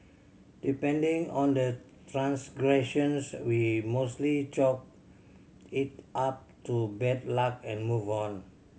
depending on the transgressions we mostly chalk it up to bad luck and move on